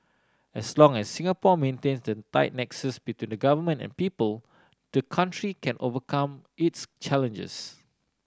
as long as Singapore maintains the tight nexus between the Government and people the country can overcome its challenges